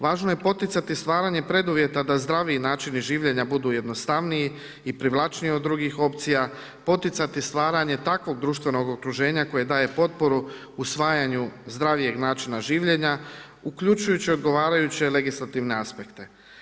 Važno je poticati stvaranje preduvjeta da zdraviji načini življenja budu jednostavniji i privlačniji od drugih opcija, poticati stvaranje takvog društvenog okruženja koje daje potporu usvajanju zdravijeg načina življenja, uključujući odgovarajuće legislativne aspekte.